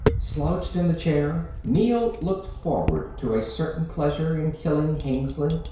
slouched in the chair neel looked forward to a certain pleasure in killing hengly.